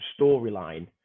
storyline